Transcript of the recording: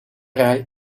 rij